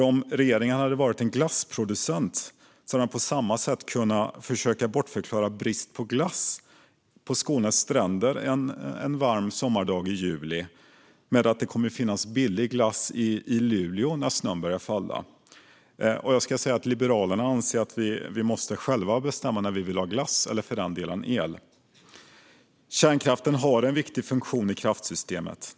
Om regeringen varit glassproducent hade den på samma sätt kunnat försöka bortförklara brist på glass på Skånes stränder en varm sommardag i juli med att det kommer att finnas billig glass i Luleå när snön börjar falla. Liberalerna anser att vi själva måste få bestämma när vi vill ha glass - eller för den delen el. Kärnkraften har en viktig funktion i kraftsystemet.